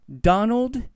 Donald